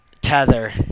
tether